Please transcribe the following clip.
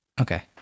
Okay